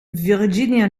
virginia